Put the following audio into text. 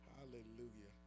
Hallelujah